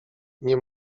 nie